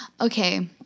Okay